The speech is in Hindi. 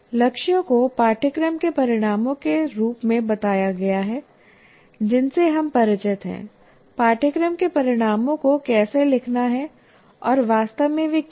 लक्ष्यों को पाठ्यक्रम के परिणामों के रूप में बताया गया है जिनसे हम परिचित हैं पाठ्यक्रम के परिणामों को कैसे लिखना है और वास्तव में वे क्या हैं